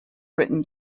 written